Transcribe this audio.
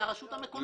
זה הרשות המקומית.